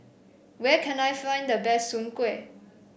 where can I find the best Soon Kway